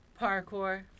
parkour